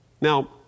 Now